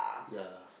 ya